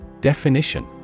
Definition